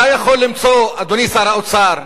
אתה יכול למצוא, אדוני שר האוצר,